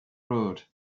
road